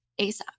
ASAP